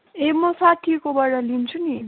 ए मो साथीकोबाट लिन्छु नि